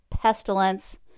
pestilence